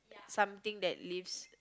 something that leaves